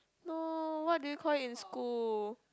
no what did we call it in school